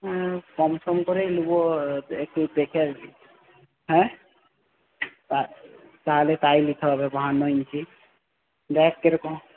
হ্যাঁ কম সম করেই নেব একটু দেখে আর কি হ্যাঁ তা তাহলে তাই নিতে হবে বাহান্ন ইঞ্চি দেখ কীরকম